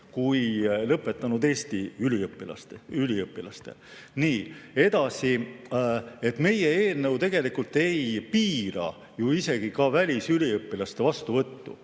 kui lõpetanud Eesti üliõpilastel. Edasi, meie eelnõu tegelikult ei piira välisüliõpilaste vastuvõttu.